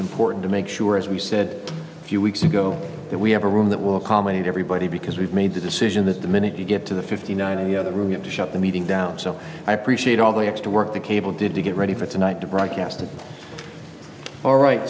important to make sure as we said a few weeks ago that we have a room that will accommodate everybody because we've made the decision that the minute you get to the fifty nine you know that we have to shut the meeting down so i appreciate all the extra work the cable did to get ready for tonight to broadcast it all right